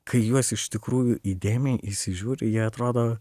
kai į juos iš tikrųjų įdėmiai įsižiūri jie atrodo